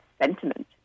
sentiment